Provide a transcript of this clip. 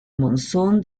monzón